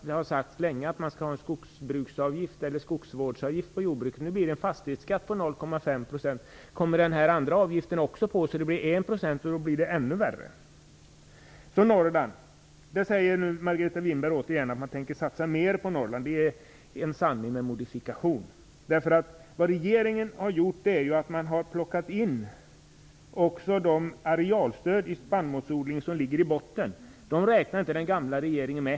Det har sagts länge att det skall finnas en skogsbruks eller skogsvårdsavgift för jordbruket. Nu blir det en fastighetsskatt på 0,5 %. Kommer den andra avgiften också på, så att det blir 1 %? Då blir det ännu värre. Margareta Winberg säger återigen att man tänker satsa mer på Norrland. Det är en sanning med modifikation. Det regeringen har gjort är att man har plockat in de arealstöd för spannmålsodling som ligger i botten. De räknade inte den gamla regeringen med.